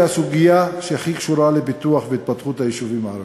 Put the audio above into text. היא הסוגיה שהכי קשורה לפיתוח ולהתפתחות של היישובים הערביים.